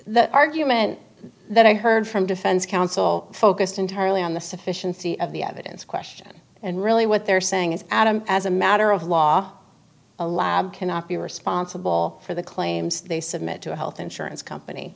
that argument that i heard from defense counsel focused entirely on the sufficiency of the evidence question and really what they're saying is adam as a matter of law a lab cannot be responsible for the claims they submit to a health insurance company